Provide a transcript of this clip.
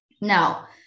Now